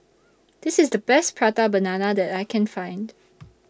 This IS The Best Prata Banana that I Can Find